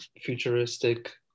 futuristic